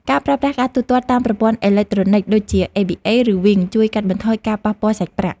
ការប្រើប្រាស់ការទូទាត់តាមប្រព័ន្ធអេឡិចត្រូនិកដូចជាអេប៊ីអេ ឬវីងជួយកាត់បន្ថយការប៉ះពាល់សាច់ប្រាក់។